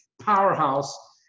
powerhouse